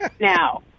Now